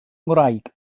ngwraig